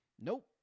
nope